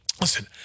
listen